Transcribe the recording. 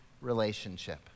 relationship